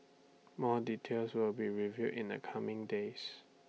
more details will be revealed in the coming days